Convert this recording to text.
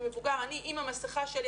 אני עם המסכה שלי,